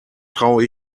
traue